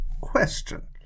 question